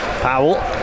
Powell